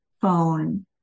phone